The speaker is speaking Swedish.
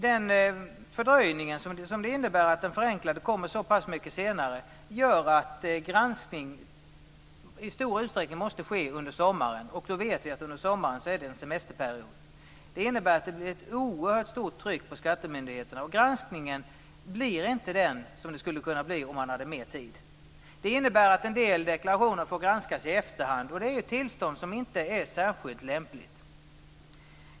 Den fördröjning som det innebär att den förenklade deklarationen kommer så pass mycket senare gör att granskning i stor utsträckning måste ske under sommaren. Vi vet att under sommaren är det en semesterperiod. Det innebär att det blir ett oerhört stort tryck på skattemyndigheterna, och granskningen blir inte vad den skulle kunna bli om man hade mer tid. Det innebär att en del deklarationer får granskas i efterhand, och det är ett tillstånd som inte är särskilt lämpligt.